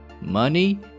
money